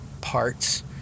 parts